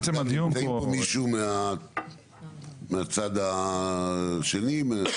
אגב, --- מישהו מהצד השני?